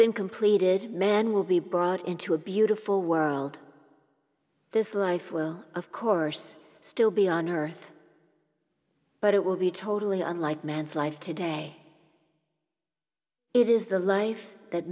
been completed man will be brought into a beautiful world this life will of course still be on earth but it will be totally unlike man's life today it is the life that